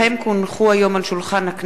כי הונחו היום על שולחן הכנסת,